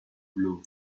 blue